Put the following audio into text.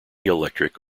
electric